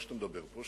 כשאתה מדבר פה,